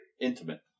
Intimate